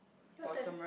your turn